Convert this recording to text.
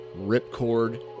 Ripcord